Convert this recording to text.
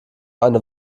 eine